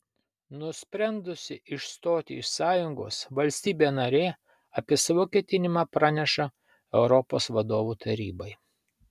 nusprendusi išstoti iš sąjungos valstybė narė apie savo ketinimą praneša europos vadovų tarybai